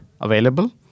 available